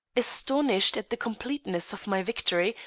astonished at the completeness of my victory,